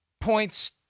points